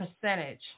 percentage